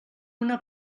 una